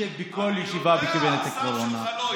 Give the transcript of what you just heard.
אני אשב בכל ישיבה בקבינט הקורונה.